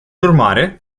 urmare